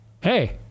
Hey